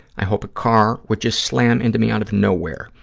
i hope a car would just slam into me out of nowhere.